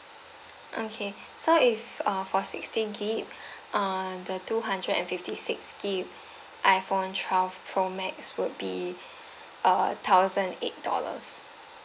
okay so if uh for sixty gigabyte uh the two hundred and fifty six gigabyte iPhone twelve pro max would be uh thousand eight dollars